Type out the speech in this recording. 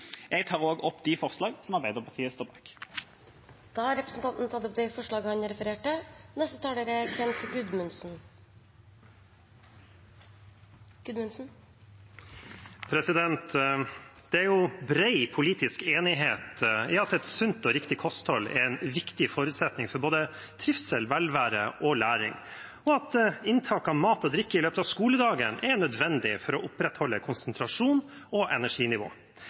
Jeg tar opp det forslaget som Arbeiderpartiet er med på. Da har representanten Torstein Tvedt Solberg tatt opp det forslaget han refererte til. Det er bred politisk enighet om at et sunt og riktig kosthold er en viktig forutsetning for både trivsel, velvære og læring, og at inntak av mat og drikke i løpet av skoledagen er nødvendig for å opprettholde konsentrasjon og energinivå.